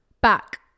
back